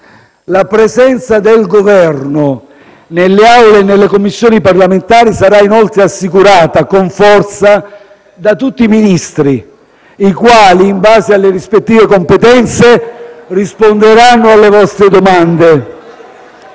La presenza del Governo nelle Aule e nelle Commissioni parlamentari sarà inoltre assicurata con forza da tutti i Ministri i quali, in base alle rispettive competenze, risponderanno alle vostre domande.